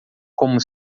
como